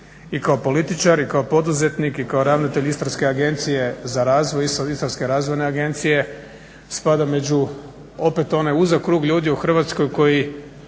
Hrvatskoj